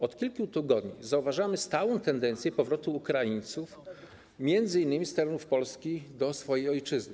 Od kliku tygodni zauważamy stałą tendencję do powrotu Ukraińców, m.in. z terenów Polski, do swojej ojczyzny.